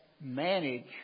manage